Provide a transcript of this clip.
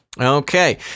Okay